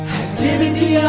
activity